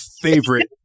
favorite